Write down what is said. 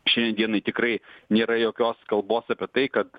šiandien dienai tikrai nėra jokios kalbos apie tai kad